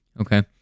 Okay